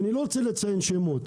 ואני לא רוצה לציין שמות,